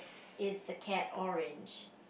is the cat orange